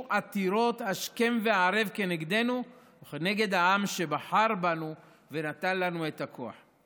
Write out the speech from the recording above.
עתירות השכם והערב כנגדנו וכנגד העם שבחר בנו ונתן לנו את הכוח.